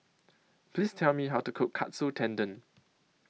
Please Tell Me How to Cook Katsu Tendon